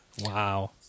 Wow